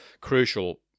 crucial